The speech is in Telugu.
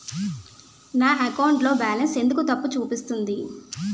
నా అకౌంట్ లో బాలన్స్ ఎందుకు తప్పు చూపిస్తుంది?